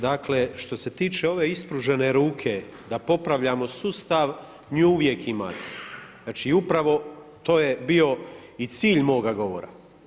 Dakle što se tiče ove ispružene ruke da popravljamo sustav nju uvijek imate i upravo to je bio i cilj moga govora.